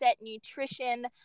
nutrition